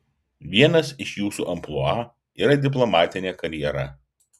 vienas iš jūsų amplua yra diplomatinė karjera